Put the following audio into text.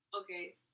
Okay